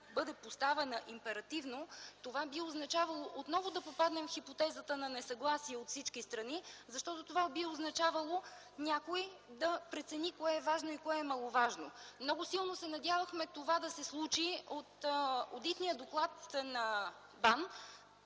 бъде поставена императивно, това би означавало отново да попаднем в хипотезата на несъгласие от всички страни, защото някой трябва да прецени кое е важно и кое е маловажно. Много силно се надявахме това да се случи от одитния доклад на